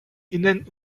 innen